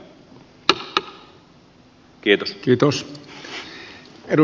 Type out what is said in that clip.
arvoisa puhemies